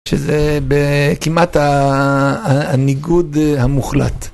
שזה כמעט הניגוד המוחלט.